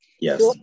Yes